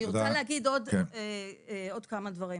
אני רוצה להגיד עוד כמה דברים.